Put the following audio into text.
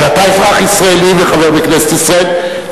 אתה אזרח ישראלי וחבר בכנסת ישראל,